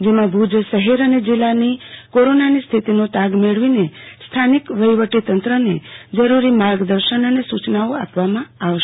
જેમાં ભુજ શહર અને જિલ્લાની કોરોનાની સ્થિતિનો તાગ મેળવીને સ્થાનિક વહોવટી તંત્રને જરૂરી માર્ગદર્શન અને સુચનાઓ આપવામાં આવશ